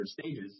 stages